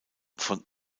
von